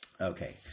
Okay